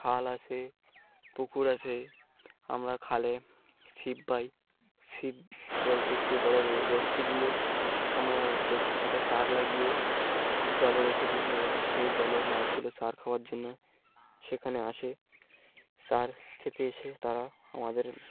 খাল আস পুকুর আসে আমরা খালে শিব পাই শিব বলতে একটি বড়ো রস্যি দিয়ে আমরা রসীর মাথায় চার লাগিয়ে জলে রেখে দিই এবং সেই জলে মাছগুলো সার খাওয়ার জন্য সেখানে আসে সার খেতে এসে তারা আমাদের